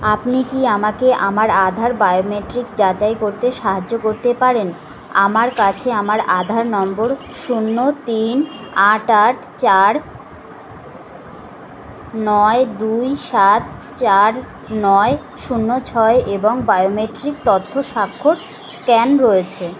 আপনি কি আমাকে আমার আধার বায়োমেট্রিক যাচাই করতে সাহায্য করতে পারেন আমার কাছে আমার আধার নম্বর শূন্য তিন আট আট চার নয় দুই সাত চার নয় শূন্য ছয় এবং বায়োমেট্রিক তথ্য স্বাক্ষর স্ক্যান রয়েছে